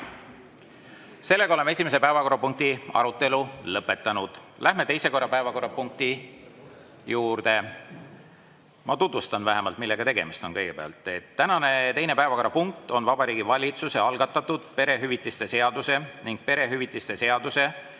võetud. Oleme esimese päevakorrapunkti arutelu lõpetanud. Läheme teise päevakorrapunkti juurde. Ma tutvustan, millega on tegemist. Tänane teine päevakorrapunkt on Vabariigi Valitsuse algatatud perehüvitiste seaduse ning perehüvitiste seaduse,